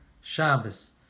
Shabbos